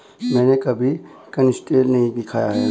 मैंने कभी कनिस्टेल नहीं खाया है